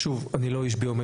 ב-2013, יש גם עשר, לא משנה.